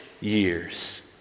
years